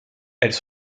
elles